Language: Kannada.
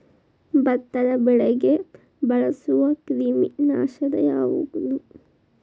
ಭತ್ತದ ಬೆಳೆಗೆ ಬಳಸುವ ಕ್ರಿಮಿ ನಾಶಕ ಯಾವುದು?